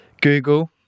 google